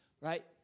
right